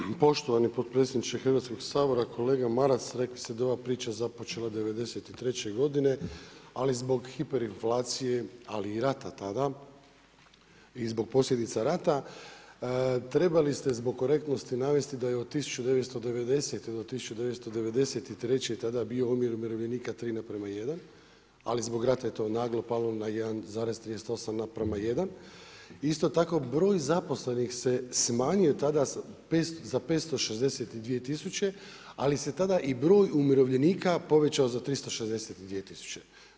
Hvala lijepa poštovani potpredsjedniče Hrvatskog sabora Kolega Maras, rekli ste da je ova priča započela '93 godine ali zbog hiperinflacije ali rata tada i zbog posljedica rata, trebali ste zbog korektnosti navesti da je od 1990. do 1993. tada bio omjer umirovljenika 3 na prema 1., ali zbog rata je to naglo palo na 1,38 na prema 1. Isto tako broj zaposlenih se smanjio tada za 562 tisuće ali se tada i broj umirovljenika povećao za 362 tisuće.